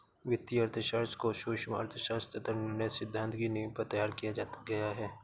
वित्तीय अर्थशास्त्र को सूक्ष्म अर्थशास्त्र तथा निर्णय सिद्धांत की नींव पर तैयार किया गया है